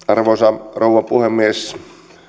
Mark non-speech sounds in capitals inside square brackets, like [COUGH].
[UNINTELLIGIBLE] arvoisa rouva puhemies